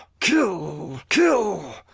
kill, kill,